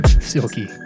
Silky